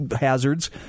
hazards